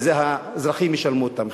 ועל זה, האזרחים ישלמו את המחיר.